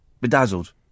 Bedazzled